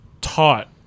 taught